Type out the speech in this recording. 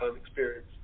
experience